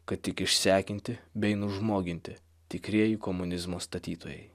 kad tik išsekinti bei nužmoginti tikrieji komunizmo statytojai